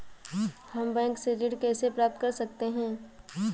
हम बैंक से ऋण कैसे प्राप्त कर सकते हैं?